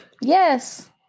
Yes